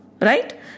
right